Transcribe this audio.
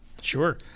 Sure